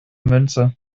münze